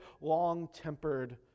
long-tempered